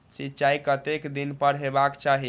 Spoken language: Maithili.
सिंचाई कतेक दिन पर हेबाक चाही?